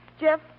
Jeff